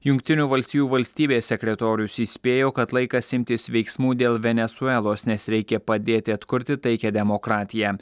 jungtinių valstijų valstybės sekretorius įspėjo kad laikas imtis veiksmų dėl venesuelos nes reikia padėti atkurti taiką demokratiją